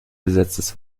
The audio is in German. besetztes